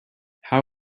how